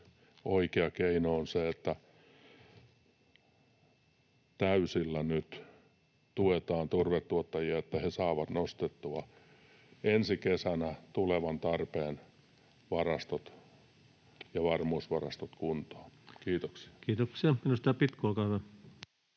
oikea keino on se, että täysillä nyt tuetaan turvetuottajia, että he saavat nostettua ensi kesänä tulevan tarpeen varastot ja varmuusvarastot kuntoon. — Kiitoksia. [Speech 109] Speaker: